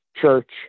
church